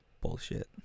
Bullshit